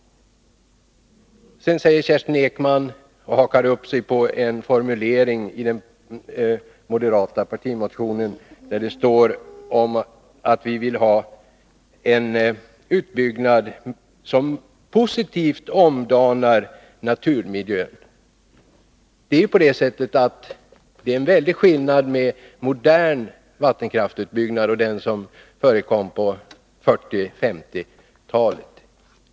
Vidare hakar Kerstin Ekman upp sig på en formulering i den moderata partimotionen, där det står att vi vill ha en utbyggnad som positivt omdanar naturmiljön. Det är en väldig skillnad mellan modern vattenkraftsutbyggnad och den utbyggnad som förekom på 1940 och 1950-talen.